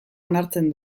onartzen